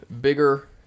bigger